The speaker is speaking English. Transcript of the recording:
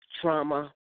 trauma